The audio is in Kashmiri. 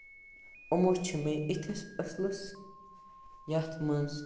یِمَو چھِ مےٚ یِتھِس اَصلَس یَتھ منٛز